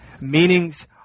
Meanings